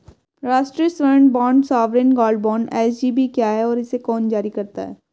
राष्ट्रिक स्वर्ण bond sovereign gold bond SGB क्या है और इसे कौन जारी करता है?